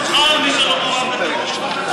הוא חל על מי שלא מעורב בטרור?